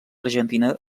argentina